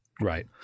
Right